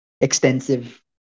extensive